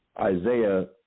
Isaiah